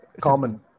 common